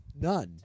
None